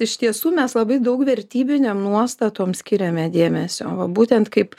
iš tiesų mes labai daug vertybinėm nuostatom skiriame dėmesio va būtent kaip